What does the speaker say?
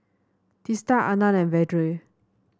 Teesta Anand and Vedre